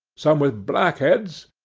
some with black heads,